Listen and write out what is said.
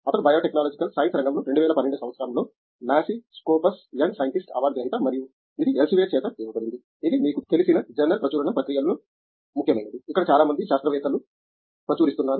అతను biological sciences రంగంలో 2012 సంవత్సరంలో NASI Scopus young scientist award గ్రహీత మరియు ఇది ఎల్స్వేయర్ చేత ఇవ్వబడింది ఇది మీకు తెలిసిన జర్నల్ ప్రచురణ ప్రక్రియలలో ముఖ్యమైనది ఇక్కడ చాలా మంది శాస్త్రవేత్తలు ప్రచురిస్తున్నారు